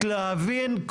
בתי הספר לא תלוי תכנון,